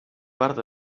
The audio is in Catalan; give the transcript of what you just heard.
part